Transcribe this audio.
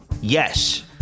Yes